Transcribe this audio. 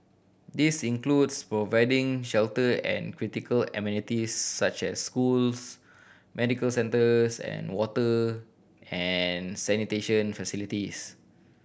this includes providing shelter and critical amenities such as schools medical centres and water and sanitation facilities